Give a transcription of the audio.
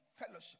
fellowship